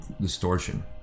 distortion